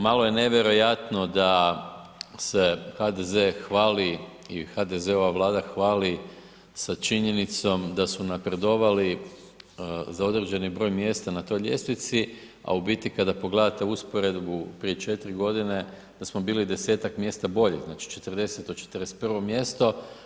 Malo je nevjerojatno da se HDZ hvali i HDZ-ova vlada hvali sa činjenicom da su napredovali za određeni broj mjesta na toj ljestvici, a u biti kada pogledate usporedbu prije 4 godine da smo bili desetak mjesta bolji, znači 40., 41. mjesto.